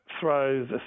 throws